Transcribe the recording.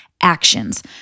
actions